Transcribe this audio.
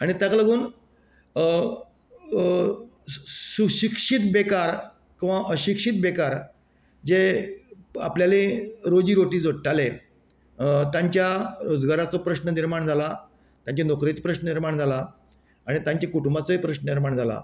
आनी ताका लागून सुशिक्षीत बेकार किंवां अशिक्षीत बेकार जे आपल्याले रोजी रोटी जोडटाले तांच्या रोजगाराचो प्रश्न निर्माण जाला तांचे नोकरेचो प्रश्न निर्माण जाला आनी तांचे कुटुंबाचोय प्रश्न निर्माण जाला